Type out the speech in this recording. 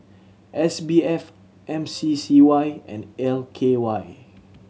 S B F M C C Y and L K Y